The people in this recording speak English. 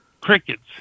crickets